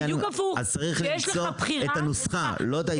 אז צריך למצוא את הנוסחה, לא את האיזון.